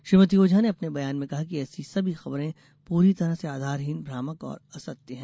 श्रीमती ओझा ने अपने बयान में कहा है कि ऐसी सभी खबरें पूरी तरह से आधारहीन भ्रामक और असत्य हैं